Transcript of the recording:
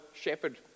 shepherd